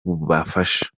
bubafasha